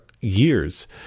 years